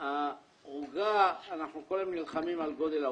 אנחנו כל הזמן נלחמים על גודל העוגה.